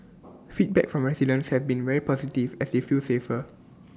feedback from residents have been very positive as they feel safer